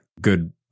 good